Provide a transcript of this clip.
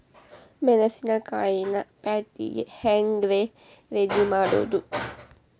ಮೆಣಸಿನಕಾಯಿನ ಪ್ಯಾಟಿಗೆ ಹ್ಯಾಂಗ್ ರೇ ರೆಡಿಮಾಡೋದು?